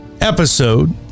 episode